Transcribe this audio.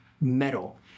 metal